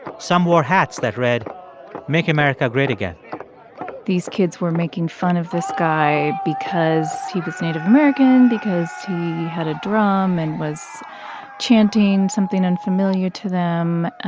some wore hats that read make america great again these kids were making fun of this guy because he was native american because he had a drum and was chanting something unfamiliar to them.